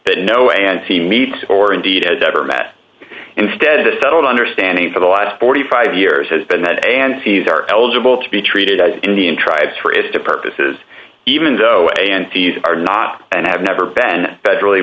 that know and see meet or indeed has ever met instead of a settled understanding for the last forty five years has been met and sees are eligible to be treated as indian tribes for is to purposes even though and these are not and have never been federally